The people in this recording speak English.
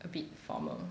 a bit formal